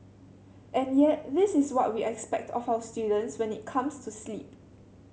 and yet this is what we expect of our students when it comes to sleep